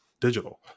digital